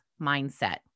mindset